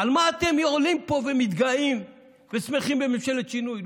על מה אתם עולים פה ומתגאים ושמחים בממשלת שינוי?